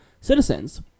citizens